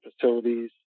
facilities